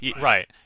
right